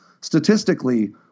Statistically